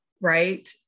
right